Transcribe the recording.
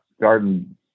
garden